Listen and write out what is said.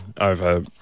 over